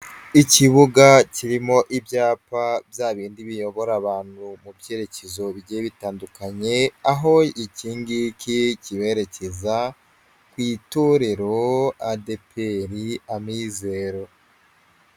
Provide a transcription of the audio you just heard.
Ikibuga kirimo ibyapa bya bindi biyobora abantu mu byerekezo bye bitandukanye, aho iki ngiki kiberekeza ku itorero ADPR Amizero.